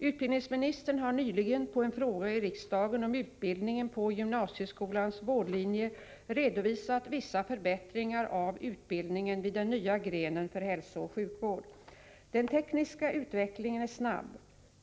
Utbildningsministern har nyligen på en fråga i riksdagen om utbildningen på gymnasieskolans vårdlinje redovisat vissa förbättringar av utbildningen vid den nya grenen för ' hälsooch sjukvård. Den tekniska utvecklingen är snabb.